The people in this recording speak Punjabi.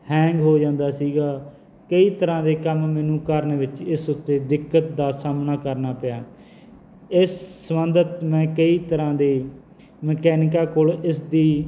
ਹੈਂਗ ਹੋ ਜਾਂਦਾ ਸੀਗਾ ਕਈ ਤਰ੍ਹਾਂ ਦੇ ਕੰਮ ਮੈਨੂੰ ਕਰਨ ਵਿੱਚ ਇਸ ਉੱਤੇ ਦਿੱਕਤ ਦਾ ਸਾਹਮਣਾ ਕਰਨਾ ਪਿਆ ਇਸ ਸਬੰਧਤ ਮੈਂ ਕਈ ਤਰ੍ਹਾਂ ਦੇ ਮਕੈਨਿਕਾਂ ਕੋਲ੍ਹੋਂ ਇਸ ਦੀ